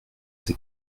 ces